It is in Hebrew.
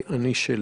אחד,